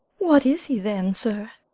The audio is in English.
what is he then, sir?